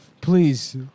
Please